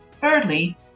Thirdly